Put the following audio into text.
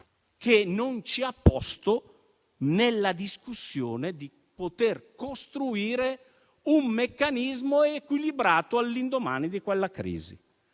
che non ci ha posto nella discussione per poter costruire un meccanismo equilibrato all'indomani di quella crisi.